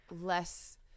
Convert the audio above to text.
less